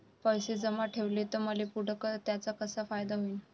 पैसे जमा ठेवले त मले पुढं त्याचा कसा फायदा होईन?